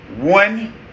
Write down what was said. One